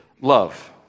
love